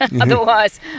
Otherwise